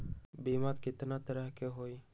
बीमा केतना तरह के होइ?